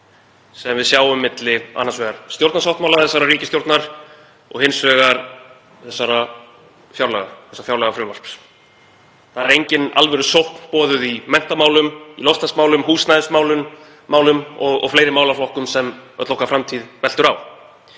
sem við sjáum milli annars vegar stjórnarsáttmála þessarar ríkisstjórnar og hins vegar þessa fjárlagafrumvarps. Þar er engin alvörusókn boðuð í menntamálum, í loftslagsmálum, í húsnæðismálum og fleiri málaflokkum sem öll okkar framtíð veltur á.